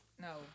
no